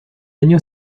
año